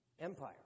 Empire